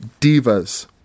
Divas